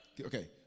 Okay